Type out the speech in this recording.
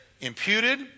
imputed